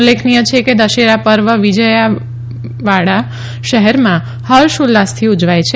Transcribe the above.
ઉલ્લેખનીય છેકે દશેરા પર્વ વિજયવાડા શહેરમાં હર્ષ ઉલ્લાસથી ઉજવાય છે